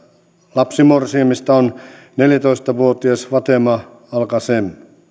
lapsimorsiamista on neljätoista vuotias fatema alkasem